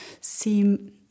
seem